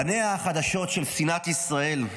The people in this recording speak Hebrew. פניה החדשות של שנאת ישראל,